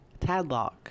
Tadlock